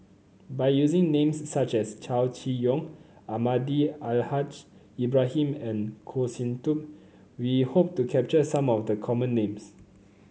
by using names such as Chow Chee Yong Almahdi Al Haj Ibrahim and Goh Sin Tub we hope to capture some of the common names